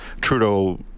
Trudeau